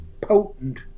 potent